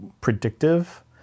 predictive